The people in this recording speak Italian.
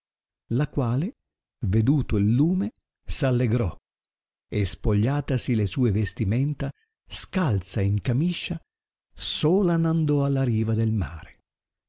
la quale veduto il lume s allegrò e spogliatasi le sue vestimenta scalza e in camiscia sola n andò alla riva del mare